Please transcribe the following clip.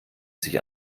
sich